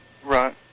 Right